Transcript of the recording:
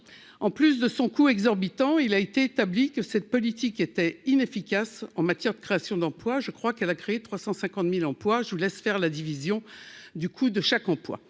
en plus de son coût exorbitant, il a été établi que cette politique était inefficace en matière de création d'emplois, je crois qu'elle a créé 350000 emplois, je vous laisse faire la division du coup de chaque emploi